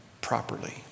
properly